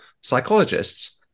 psychologists